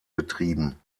betrieben